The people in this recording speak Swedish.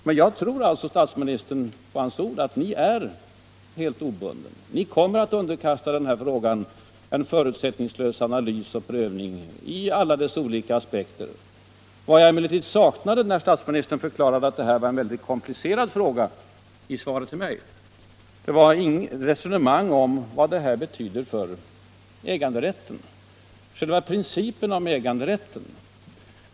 Men jag tror alltså statsministern på hans ord — att ni är helt obunden, att ni kommer att underkasta den här frågan en förutsättningslös analys och prövning i alla dess olika aspekter. Vad jag emellertid saknade när statsministern i svaret till mig förklarade att detta var en väldigt komplicerad fråga, var ett resonemang om vad detta betyder för själva principen om äganderätten.